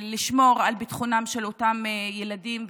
לשמור על ביטחונם של אותם ילדים וילדות,